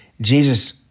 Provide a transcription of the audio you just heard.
Jesus